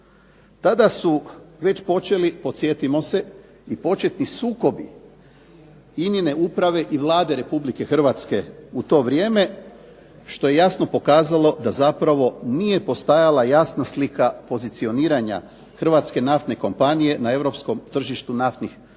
Tada su već počeli podsjetimo se i početni sukobi INA-ine uprave i Vlade Republike Hrvatske u to vrijeme što je jasno pokazalo da zapravo nije postojala jasna slika pozicioniranja hrvatske naftne kompanije na europskom tržištu naftnih derivata